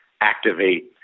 activate